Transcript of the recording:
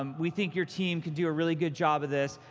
um we think your team can do a really good job of this.